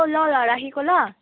औ ल ल राखेको ल